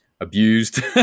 abused